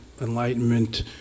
enlightenment